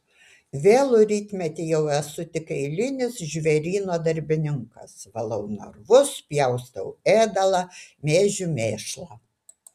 vėlų rytmetį jau esu tik eilinis žvėryno darbininkas valau narvus pjaustau ėdalą mėžiu mėšlą